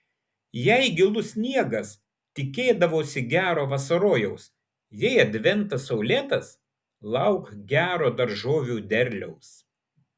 jei gilus sniegas tikėdavosi gero vasarojaus jei adventas saulėtas lauk gero daržovių derliaus